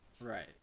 Right